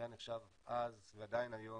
ננו טכנולוגיה היה נחשב אז ועדיין היום